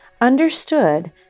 understood